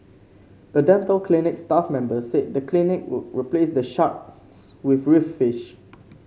a dental clinic staff member said the clinic would replace the shark with reef fish